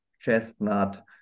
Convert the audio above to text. chestnut